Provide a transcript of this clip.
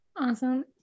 Awesome